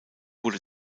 wurde